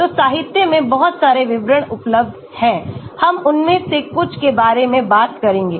तो साहित्य में बहुत सारे विवरण उपलब्ध हैं हम उनमें से कुछ के बारे में बात करेंगे